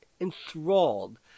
enthralled